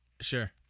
Sure